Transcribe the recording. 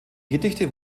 gedichte